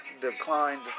declined